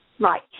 right